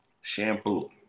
Shampoo